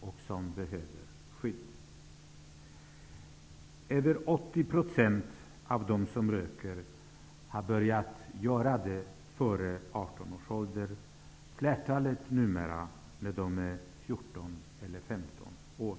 Det är de som behöver skydd. Över 80 % av dem som röker har börjat göra det före 18 års ålder. Flertalet börjar numera när de är 14 eller 15 år.